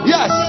Yes